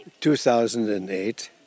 2008